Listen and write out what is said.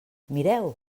mireu